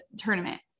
tournament